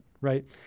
Right